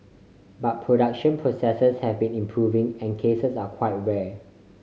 but production processes have been improving and cases are quite rare